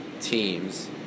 teams